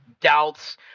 doubts